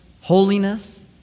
holiness